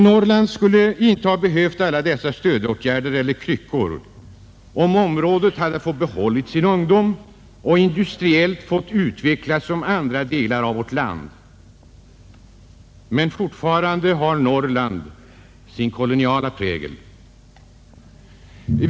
Norrland skulle inte ha behövt alla dessa stödåtgärder eller kryckor bara området hade fått behålla sin ungdom och industriellt hade fått utvecklas som andra delar av vårt land. Men fortfarande har Norrland sin koloniala prägel.